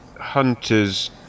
Hunter's